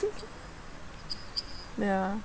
ya